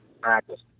practice